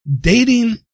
Dating